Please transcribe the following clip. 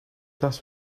this